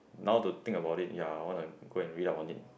now to think about it ya I wanna go and read up on it